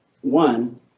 one